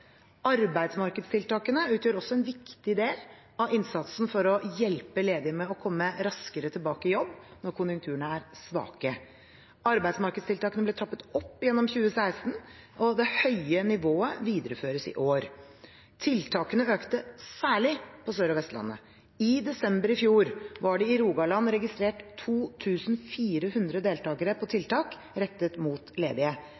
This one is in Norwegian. Arbeidsmarkedstiltakene utgjør også en viktig del av innsatsen for å hjelpe ledige med å komme raskere tilbake i jobb når konjunkturene er svake. Arbeidsmarkedstiltakene ble trappet opp gjennom 2016, og det høye nivået videreføres i år. Tiltakene økte særlig på Sør- og Vestlandet. I desember i fjor var det i Rogaland registrert 2 400 deltakere på tiltak rettet mot ledige.